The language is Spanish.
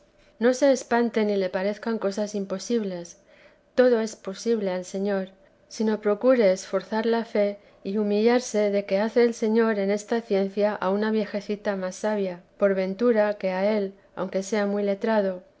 no se espante ni le parezcan cosas imposibles todo es posible al señor sino procure esforzar la fe y humillarse de que hace el señor en esta ciencia a una vejecita más sabia por ventura que a él aunque sea muy letrado